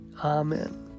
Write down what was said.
Amen